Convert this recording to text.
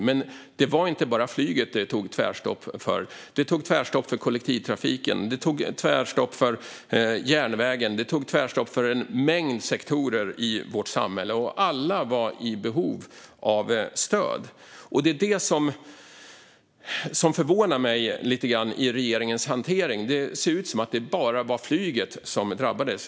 Men det var inte bara flyget det tog tvärstopp för. Det tog tvärstopp för kollektivtrafiken. Det tog tvärstopp för järnvägen. Det tog tvärstopp för en mängd sektorer i vårt samhälle. Alla var i behov av stöd. Det som förvånar mig lite grann i regeringens hantering är att det ser ut som om det bara var flyget som drabbades.